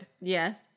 yes